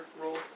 roll